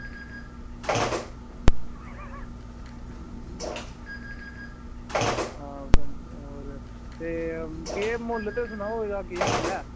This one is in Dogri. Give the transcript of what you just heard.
आं होर ते केह् मुल्ल ते सनाओ एह्दा केह् मुल्ल ऐ